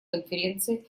конференции